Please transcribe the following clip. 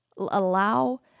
Allow